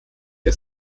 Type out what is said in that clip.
der